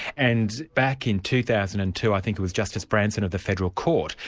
and back in two thousand and two i think it was justice branson of the federal court,